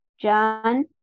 John